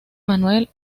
manuel